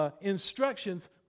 instructions